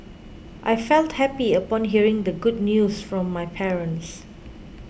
I felt happy upon hearing the good news from my parents